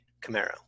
camaro